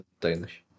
Danish